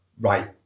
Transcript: right